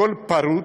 הכול פרוץ,